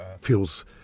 feels